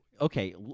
Okay